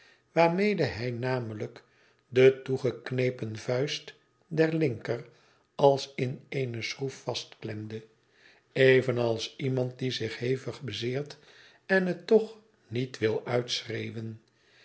waarmede hij namelijk de toegeknepen vuist der linker als in eene schroef vastklemde evenals iemand die zich hevig bezeert en het toch niet wil uitschreeuwen